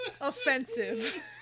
offensive